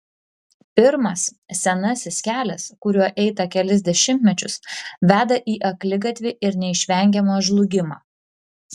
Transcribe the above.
pirmas senasis kelias kuriuo eita kelis dešimtmečius veda į akligatvį ir neišvengiamą žlugimą